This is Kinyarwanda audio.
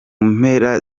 mpera